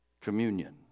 communion